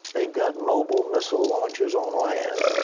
they've got mobile missile launches on land.